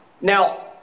Now